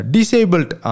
Disabled